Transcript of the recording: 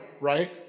right